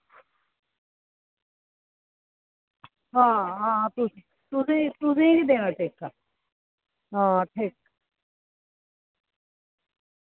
हां हां तुस तुसें तुसेंगी देना ठेका हां ठेका